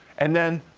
and then,